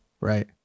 Right